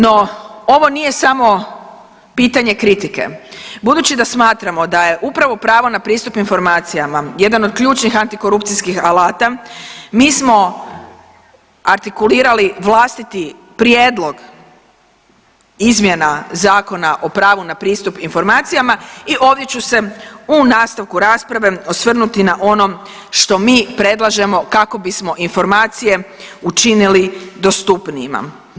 No ovo nije samo pitanje kritike, budući da smatramo da je upravo pravo na pristup informacijama jedan od ključnih antikorupcijskih alata mi smo artikulirali vlastiti prijedlog izmjena Zakona o pravu na pristup informacijama i ovdje ću se u nastavku rasprave osvrnuti na ono što mi predlažemo kako bismo informacije učinili dostupnijima.